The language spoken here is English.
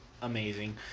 amazing